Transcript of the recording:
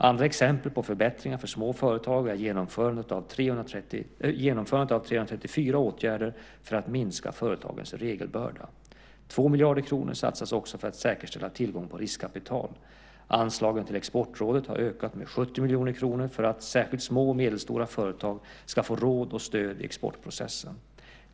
Andra exempel på förbättringar för småföretag är genomförandet av 334 åtgärder för att minska företagens regelbörda. 2 miljarder kronor satsas också för att säkerställa tillgången på riskkapital. Anslaget till Exportrådet har utökat med 70 miljoner kronor för att särskilt små och medelstora företag ska få råd och stöd i exportprocessen.